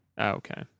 Okay